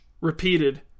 repeated